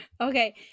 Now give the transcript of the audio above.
okay